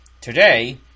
Today